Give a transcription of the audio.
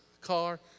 car